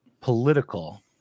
political